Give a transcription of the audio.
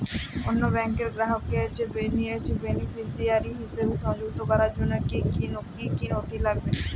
অন্য ব্যাংকের গ্রাহককে বেনিফিসিয়ারি হিসেবে সংযুক্ত করার জন্য কী কী নথি লাগবে?